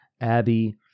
Abby